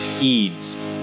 Eads